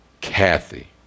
Kathy